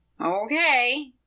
Okay